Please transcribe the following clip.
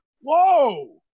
Whoa